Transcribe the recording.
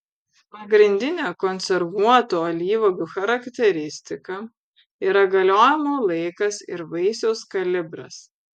pagrindinė konservuotų alyvuogių charakteristika yra galiojimo laikas ir vaisiaus kalibras